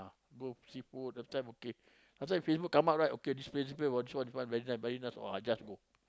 go see food last time okay last time okay Facebook come out right okay this place bit of a chore this one very nice very nice oh I just go